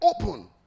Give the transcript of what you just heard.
Open